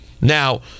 Now